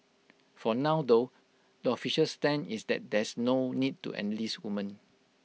for now though the official stand is that there's no need to enlist women